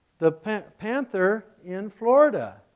the panther panther in florida.